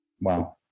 Wow